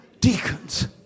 deacons